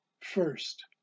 First